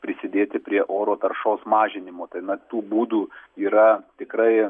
prisidėti prie oro taršos mažinimo tai na tų būdų yra tikrai